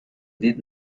دید